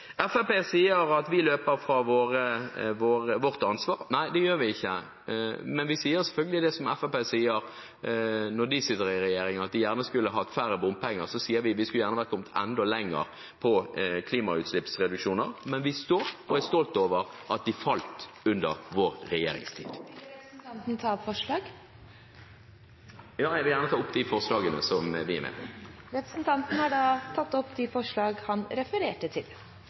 sier at vi løper fra vårt ansvar. Nei, det gjør vi ikke, men vi sier selvfølgelig det som Fremskrittspartiet sier når de sitter i regjering: Når de sier at de gjerne skulle hatt færre bomstasjoner, sier vi at vi gjerne skulle ha kommet enda lenger når det gjelder reduksjon av klimagassutslipp, men vi er stolte over at det falt i vår regjeringstid. Vil representanten ta opp forslag? Ja, jeg vil gjerne ta opp de forslagene som vi har sammen med Miljøpartiet De Grønne. Representanten Heikki Eidsvoll Holmås har da tatt opp de